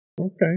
Okay